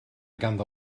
ganddo